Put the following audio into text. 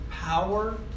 Power